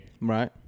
Right